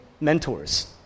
mentors